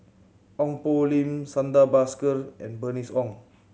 Ong Poh Lim Santha Bhaskar and Bernice Ong